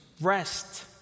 Rest